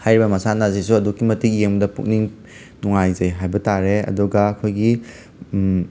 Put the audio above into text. ꯍꯥꯏꯔꯤꯕ ꯃꯁꯥꯟꯅ ꯑꯁꯤꯁꯨ ꯑꯗꯨꯛꯀꯤ ꯃꯇꯤꯛ ꯌꯦꯡꯕꯗ ꯄꯨꯛꯅꯤꯡ ꯅꯨꯡꯉꯥꯏꯖꯩ ꯍꯥꯏꯕ ꯇꯥꯔꯦ ꯑꯗꯨꯒ ꯑꯩꯈꯣꯏꯒꯤ